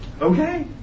Okay